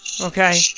Okay